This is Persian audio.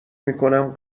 میکنم